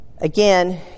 again